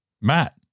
Matt